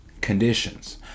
conditions